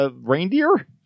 Reindeer